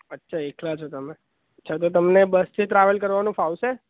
અચ્છા એકલા છો તમે અચ્છા તો તમને બસથી ટ્રાવેલ કરવાનું ફાવશે